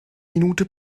minute